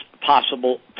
possible